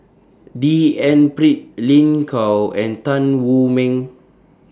D N Pritt Lin Gao and Tan Wu Meng